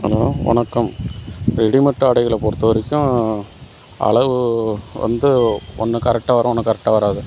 hello வணக்கம் readymade ஆடைகளை பொறுத்த வரைக்கும் அளவு வந்து ஒன்று கரெட்டாக வரும் ஒன்று கரெட்டாக வராது